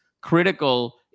critical